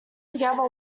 together